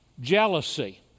Jealousy